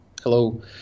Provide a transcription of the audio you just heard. hello